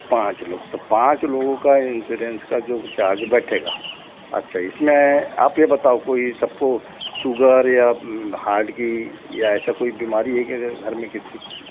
पाँच लोग तो पाँच लोगों का इन्श्योरेन्स का जो चार्ज बैठेगा अच्छा इसमें आप ये बताओ कोई सबको शुगर या हार्ड की या ऐसा कोई बीमारी है क्या घर में किसी को